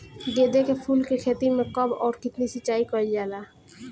गेदे के फूल के खेती मे कब अउर कितनी सिचाई कइल जाला?